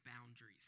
boundaries